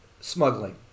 smuggling